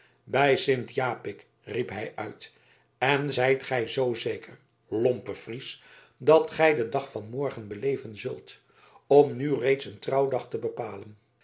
bij sint japik riep hij uit en zijt gij zoo zeker lompe fries dat gij den dag van morgen beleven zult om nu reeds een trouwdag te bepalen